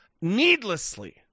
needlessly